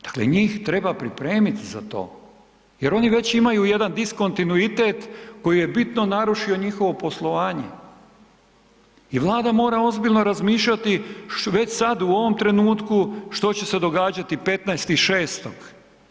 Dakle, njih treba pripremit za to jer oni već imaju jedan diskontinuitet koji je bitno narušio njihovo poslovanje i Vlada mora ozbiljno razmišljati već sad u ovom trenutku što će se događati 15.6.